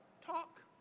talk